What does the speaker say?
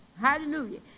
hallelujah